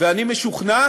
ואני משוכנע